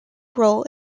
role